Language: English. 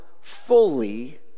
fully